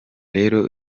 rero